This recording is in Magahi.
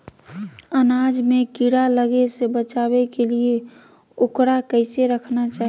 अनाज में कीड़ा लगे से बचावे के लिए, उकरा कैसे रखना चाही?